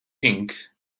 ink